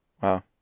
wow